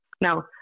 Now